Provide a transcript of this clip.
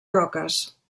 roques